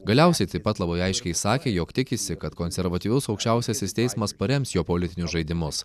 galiausiai taip pat labai aiškiai sakė jog tikisi kad konservatyvus aukščiausiasis teismas parems jo politinius žaidimus